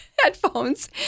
headphones